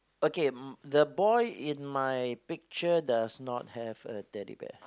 okay um the boy in my picture does not have a Teddy Bear